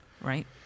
Right